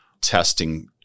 testing